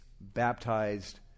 baptized